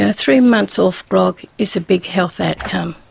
and three months off grog is a big health outcome,